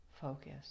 focus